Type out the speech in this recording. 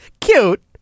cute